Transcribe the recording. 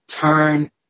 Turn